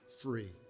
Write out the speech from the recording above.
free